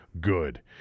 good